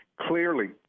clearly